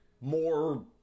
more